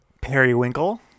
Periwinkle